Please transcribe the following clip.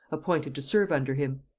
appointed to serve under him.